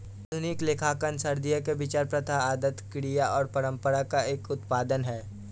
आधुनिक लेखांकन सदियों के विचार, प्रथा, आदत, क्रिया और परंपरा का एक उत्पाद है